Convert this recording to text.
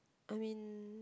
I mean